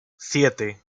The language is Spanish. siete